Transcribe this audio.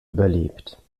überlebt